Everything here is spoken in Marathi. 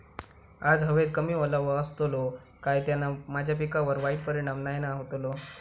आज हवेत कमी ओलावो असतलो काय त्याना माझ्या पिकावर वाईट परिणाम नाय ना व्हतलो?